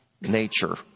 nature